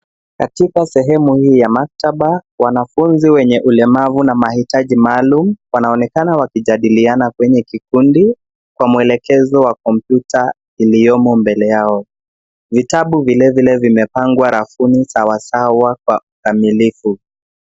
Katika sehemu hii ya maktaba, wanafunzi wenye ulemavu na mahitaji maalum, wanaonekana wakijadiliana kwenye kikundi kwa mwelekezo wa kompyuta iliyomo mbele yao. Vitabu vile vile vimepangwa rafuni sawa sawa kwa kamilifu.